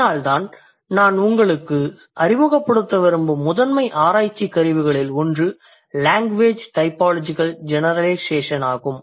அதனால்தான் நான் உங்களுக்கு அறிமுகப்படுத்த விரும்பும் முதன்மை ஆராய்ச்சி கருவிகளில் ஒன்று லேங்குவேஜ் டைபாலஜிகல் ஜெனரலைசேஷன் ஆகும்